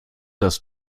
das